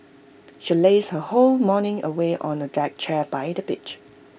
she lazed her whole morning away on A deck chair by the beach